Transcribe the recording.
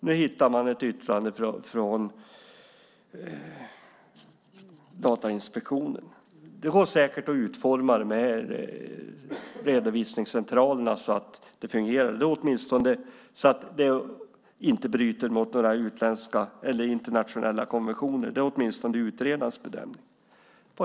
Nu har man hittat ett yttrande från Datainspektionen. Det går säkert att utforma redovisningscentralerna så att de fungerar utan att bryta mot några internationella konventioner. Det är åtminstone utredarens bedömning.